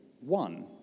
one